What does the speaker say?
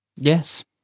yes